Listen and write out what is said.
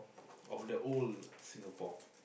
of the old Singapore